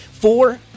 Four